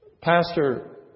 Pastor